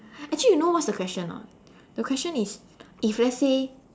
actually you know what's the question or not the question is if let's say